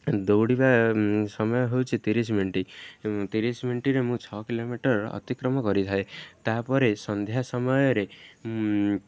ଦୌଡ଼ିବା ସମୟ ହେଉଛି ତିରିଶ ମିନିଟ୍ ତିରିଶ ମିନିଟ୍ ରେ ମୁଁ ଛଅ କିଲୋମିଟର ଅତିକ୍ରମ କରିଥାଏ ତାପରେ ସନ୍ଧ୍ୟା ସମୟରେ ମୁ